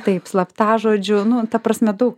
taip slaptažodžių nu ta prasme daug